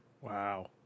Wow